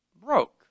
Broke